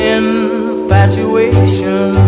infatuation